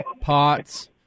pots